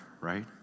right